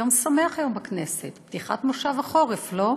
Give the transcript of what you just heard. יום שמח היום בכנסת, פתיחת מושב החורף, לא?